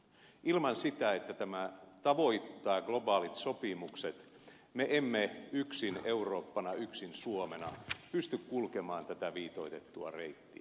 ilman sitä että tämä tavoittaa globaalit sopimukset me emme yksin eurooppana yksin suomena pysty kulkemaan tätä viitoitettua reittiä